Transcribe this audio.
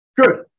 good